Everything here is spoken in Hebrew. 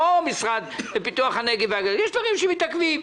לא המשרד לפיתוח הנגב והגליל יש דברים שמתעכבים.